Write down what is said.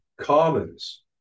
commons